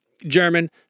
german